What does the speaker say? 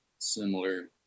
similar